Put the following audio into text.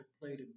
played